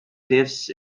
lives